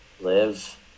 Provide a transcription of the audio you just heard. live